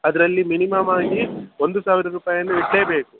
ಅದರಲ್ಲಿ ಮಿನಿಮಮ್ ಆಗಿ ಒಂದು ಸಾವಿರ ರೂಪಾಯಿಯನ್ನು ಇಡಲೇಬೇಕು